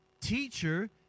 Teacher